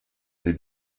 des